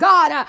God